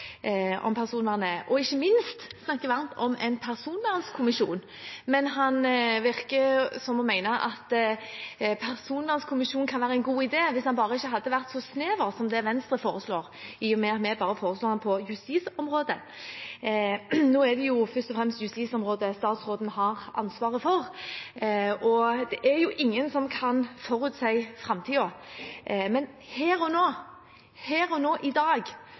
om personvernet, og som ikke minst snakker varmt om en personvernkommisjon. Men det virker som han mener at personvernkommisjonen kunne vært en god idé hvis den bare ikke hadde vært så snever som det Venstre foreslår, i og med at vi bare foreslår den på justisområdet. Nå er det først og fremst justisområdet statsråden har ansvaret for, og det er ingen som kan forutsi framtiden. Men her og nå,